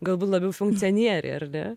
galbūt labiau funkcionieriai ar ne